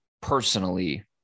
personally